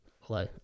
Hello